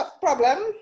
problem